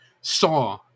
saw